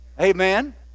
Amen